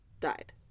died